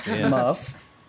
Muff